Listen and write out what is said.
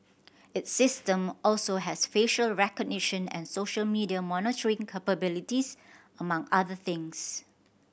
its system also has facial recognition and social media monitoring capabilities among other things